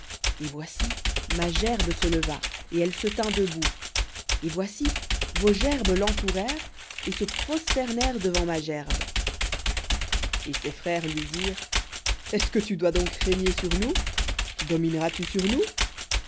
et voici ma gerbe se leva et elle se tint debout et voici vos gerbes l'entourèrent et se prosternèrent devant ma gerbe et ses frères lui dirent est-ce que tu dois donc régner sur nous domineras tu sur nous